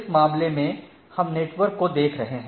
इस मामले में हम नेटवर्क पोर्ट को देख रहे हैं